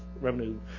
revenue